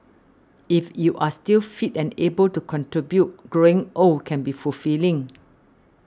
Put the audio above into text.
if you're still fit and able to contribute growing old can be fulfilling